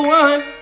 one